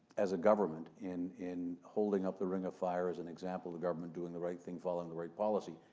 as a government, in in holding up the ring of fire as an example of the government doing the right thing, following the right policy,